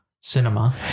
cinema